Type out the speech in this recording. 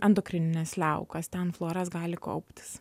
endokrinines liaukas ten fluoras gali kauptis